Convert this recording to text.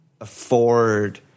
afford